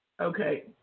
Okay